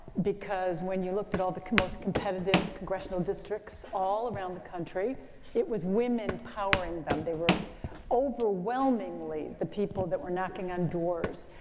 because when you looked at all the most competitive congressional districts all around the country it was women powering them. them. they were overwhelmingly the people that were knocking on doors,